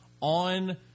on